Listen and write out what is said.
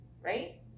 right